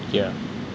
yeah